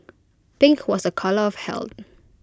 pink was A colour of health